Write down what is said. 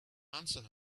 answer